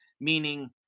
meaning